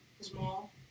Small